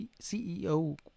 CEO